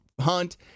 hunt